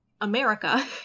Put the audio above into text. America